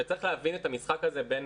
צריך להבין את המשחק הזה בין